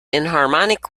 enharmonic